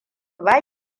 ba